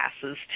passes